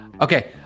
Okay